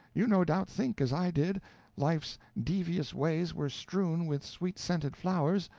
you no doubt think as i did life's devious ways were strewn with sweet-scented flowers,